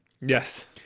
Yes